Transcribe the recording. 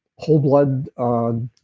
whole blood. um